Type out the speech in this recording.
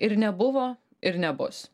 ir nebuvo ir nebus